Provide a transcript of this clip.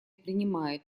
принимает